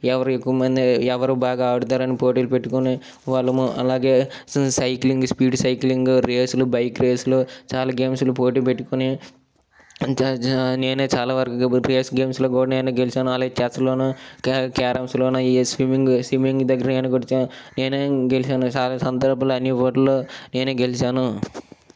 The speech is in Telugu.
ఎవరు ఎక్కువ మంది ఎవరు బాగా ఆడుతారని పోటీలు పెట్టుకునే వాళ్ళము అలాగే సైక్లింగ్ స్పీడ్ సైక్లింగ్ రేసులు బైక్ రేసులు చాలా గేమ్స్లు పోటీ పెట్టుకుని నేనే చాలా వరకు రేస్ గేమ్స్లో కూడా నేనే గెలిచాను అలాగే చెస్లోను క్యారమ్స్లోను ఏ స్విమ్మింగ్ స్విమ్మింగ్ దగ్గరగానే కొట్టించా నేనే గెలిచాను చాలా సందర్భాలలో అన్ని పోటీలలో నేనే గెలిచాను